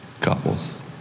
couples